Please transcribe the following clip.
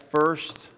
first